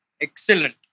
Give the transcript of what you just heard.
Excellent